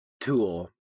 tool